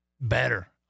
better